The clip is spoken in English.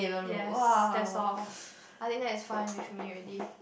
yes that's all I think that is fine with me already